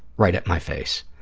right at my face.